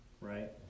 Right